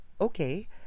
okay